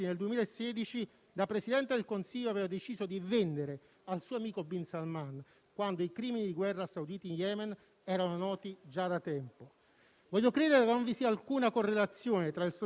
Voglio credere non vi sia alcuna correlazione tra il sostegno garantito da Renzi allo sforzo bellico saudita in Yemen e la fruttuosa collaborazione che lo stesso si è poi visto offrire dal capo di quella Nazione.